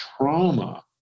trauma